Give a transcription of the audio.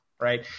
right